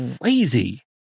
crazy